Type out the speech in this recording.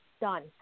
done